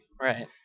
right